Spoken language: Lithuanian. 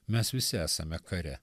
mes visi esame kare